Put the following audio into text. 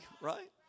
Right